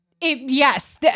Yes